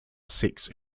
six